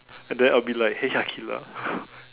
and then I'll be like hey Aqilah